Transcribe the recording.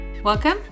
Welcome